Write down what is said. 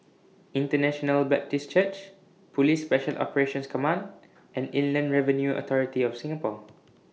International Baptist Church Police Special Operations Command and Inland Revenue Authority of Singapore